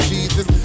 Jesus